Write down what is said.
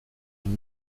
une